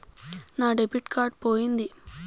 నా debit card పోయింది